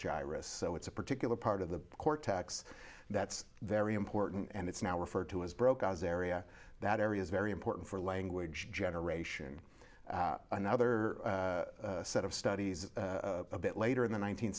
gyrus so it's a particular part of the cortex that's very important and it's now referred to as broken as area that area is very important for language generation another set of studies a bit later in the nineteenth